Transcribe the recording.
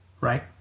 right